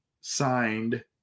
signed